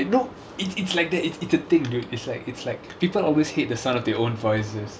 why no it it's like the it's it's a thing dude it's like it's like people always hate the sound of their own voices